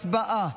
הצבעה.